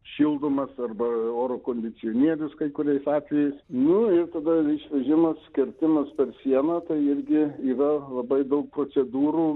šildomas arba oro kondicionierius kai kuriais atvejais nu ir tada išvežimas kirtimas per sieną tai irgi yra labai daug procedūrų